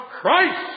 Christ